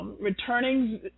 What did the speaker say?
Returning